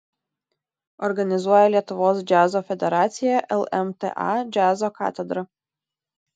organizuoja lietuvos džiazo federacija lmta džiazo katedra